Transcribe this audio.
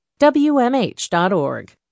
WMH.org